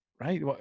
right